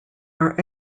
are